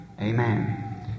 Amen